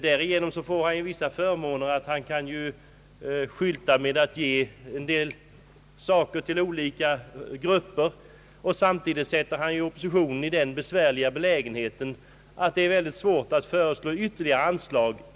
Herr Sträng har därigenom kunnat skylta med förmåner till olika grupper, samtidigt som han gjort det svårt för oppositionen att föreslå höjda anslag.